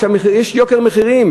היום,